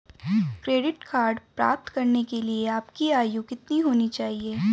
Credit card प्राप्त करने के लिए आपकी आयु कितनी होनी चाहिए?